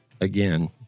again